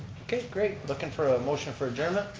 okay great, lookin' for a motion for adjournment.